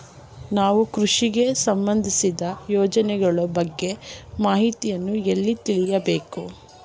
ನಾವು ಕೃಷಿಗೆ ಸಂಬಂದಿಸಿದ ಯೋಜನೆಗಳ ಬಗ್ಗೆ ಮಾಹಿತಿಯನ್ನು ಎಲ್ಲಿ ತಿಳಿಯಬೇಕು?